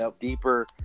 deeper